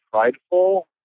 prideful